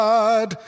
God